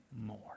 more